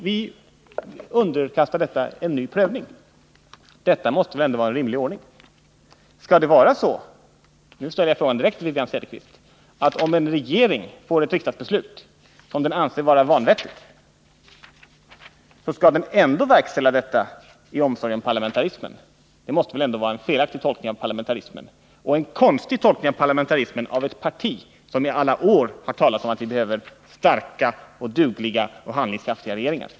Vi underkastar detta en ny prövning. Detta måste väl ändå vara en rimlig ordning. Skall det få vara så — den frågan ställde jag direkt till Wivi-Anne Cederqvist — att en regering, om den får ett riksdagsbeslut som den anser vara vanvettigt, ändå skall verkställa detta i omsorg om parlamentarismen? Det måste väl ändå vara en felaktig tolkning av parlamentarismen — en konstig tolkning av parlamentarismen från ett parti som i alla år har talat om att vi behöver starka, dugliga och handlingskraftiga regeringar.